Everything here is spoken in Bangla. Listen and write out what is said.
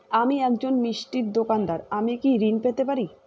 আমি একজন মিষ্টির দোকাদার আমি কি ঋণ পেতে পারি?